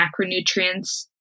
macronutrients